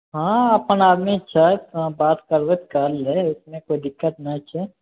हँ अपन आदमी छथि हम बात करबै काल्हि लेल उसमे कोइ दिक्कत नहि छै